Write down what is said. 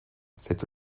cette